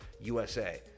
USA